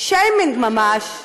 שיימינג ממש.